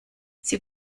sie